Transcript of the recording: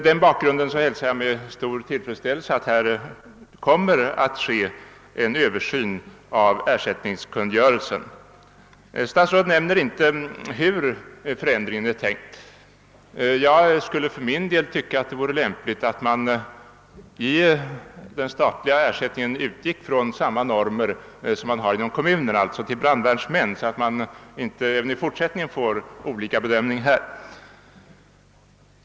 Därför hälsar jag med stor tillfredsställelse att det skall företas en Översyn av ersättningskungörelsen. Statsrådet nämner inte hur förändringen är tänkt. Jag anser för min del att det är lämpligt att den statliga ersättningen utgår efter samma normer som tillämpas i kommunerna när det gäller brandvärnsmän, så att vi inte där får olika bedömningar.